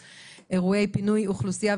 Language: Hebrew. אני פותחת רשמית את ישיבת ועדת העבודה והרווחה.